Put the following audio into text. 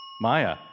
Maya